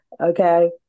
Okay